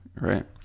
Right